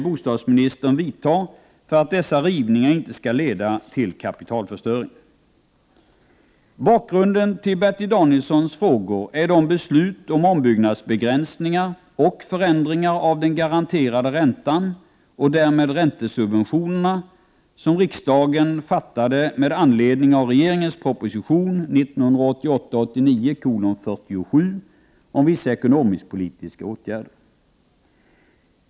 Bakgrunden till Bertil Danielssons frågor är de beslut om ombyggnadsbegränsningar och förändringar av den garanterade räntan och därmed räntesubventionerna som riksdagen fattade med anledning av regeringens proposition 1988/89:47 om vissa ekonomisk-politiska åtgärder.